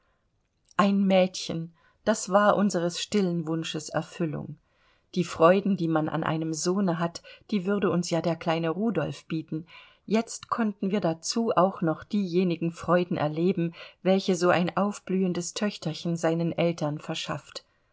ein mädchen das war unseres stillen wunsches erfüllung die freuden die man an einem sohne hat die würde uns ja der kleine rudolf bieten jetzt konnten wir dazu auch noch diejenigen freuden erleben welche so ein aufblühendes töchterchen seinen eltern verschafft